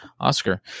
Oscar